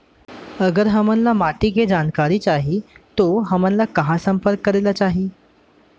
अगर हमन ला माटी के जानकारी चाही तो हमन ला कहाँ संपर्क करे ला चाही?